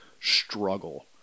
struggle